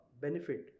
benefit